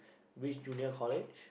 which junior college